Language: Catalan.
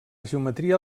geometria